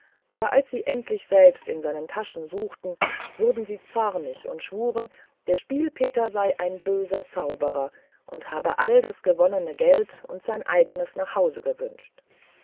aber als sie endlich selbst in seinen taschen suchten wurden sie zornig und schwuren der spiel peter sei ein böser zauberer und habe all das gewonnene geld und sein eigenes nach hause gewünscht